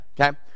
Okay